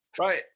Right